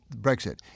Brexit